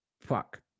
Fuck